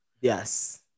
Yes